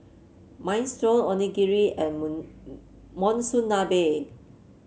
Minestrone Onigiri and Monsunabe